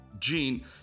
Gene